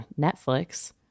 Netflix